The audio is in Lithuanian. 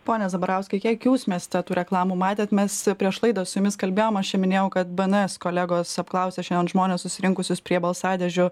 pone zabarauskai kiek jūs mieste tų reklamų matėt mes prieš laidą su jumis kalbėjom aš čia minėjau kad bns kolegos apklausė šiandien žmones susirinkusius prie balsadėžių